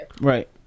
Right